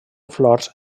flors